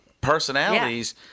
personalities